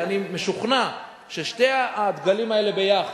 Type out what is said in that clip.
ואני משוכנע ששני הדגלים האלה ביחד,